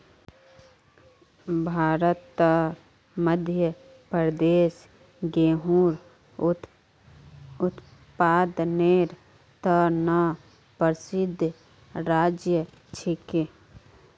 भारतत मध्य प्रदेश गेहूंर उत्पादनेर त न प्रसिद्ध राज्य छिके